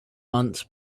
months